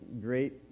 great